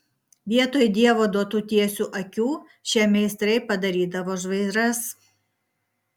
vietoj dievo duotų tiesių akių šie meistrai padarydavo žvairas